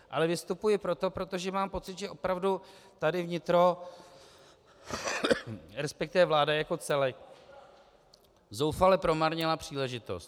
Ale vystupuji proto, že mám pocit, že opravdu tady vnitro, resp. vláda jako celek zoufale promarnila příležitost.